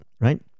right